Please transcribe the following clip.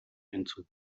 hinzu